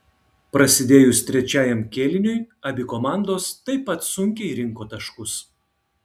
prasidėjus trečiajam kėliniui abi komandos taip pat sunkiai rinko taškus